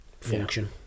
function